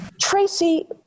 Tracy